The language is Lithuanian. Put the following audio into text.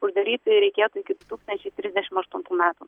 uždaryti reikėtų iki du tūkstančiai trisdešim aštuntų metų